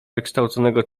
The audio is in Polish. wykształconego